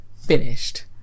finished